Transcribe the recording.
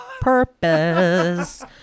purpose